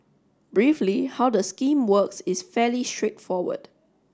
briefly how the scheme works is fairly straightforward